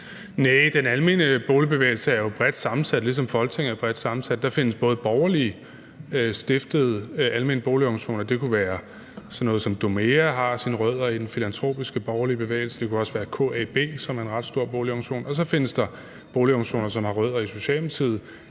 Næh, den almene boligbevægelse er jo bredt sammensat, ligesom Folketinget er bredt sammensat. Der findes både borgerligt stiftede almene boligorganisationer – det kunne være sådan noget som Domea, der har sine rødder i den filantropiske borgerlige bevægelse, og det kunne også være KAB, som er en ret stor boligorganisation – og så findes der boligorganisationer, som har rødder i Socialdemokratiet,